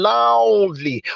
loudly